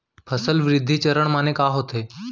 फसल वृद्धि चरण माने का होथे?